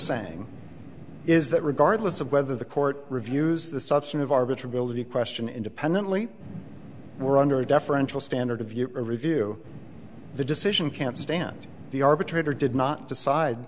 saying is that regardless of whether the court reviews the substantive arbiter ability question independently we're under a deferential standard of you review the decision can't stand the arbitrator did not decide